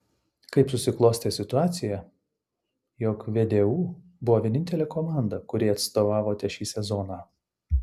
kaip susiklostė situacija jog vdu buvo vienintelė komanda kuriai atstovavote šį sezoną